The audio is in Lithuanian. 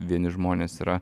vieni žmonės yra